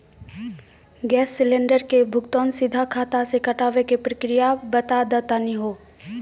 Gas cylinder के भुगतान सीधा खाता से कटावे के प्रक्रिया बता दा तनी हो?